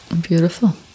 beautiful